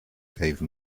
gave